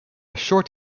short